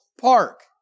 Park